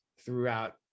throughout